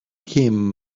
him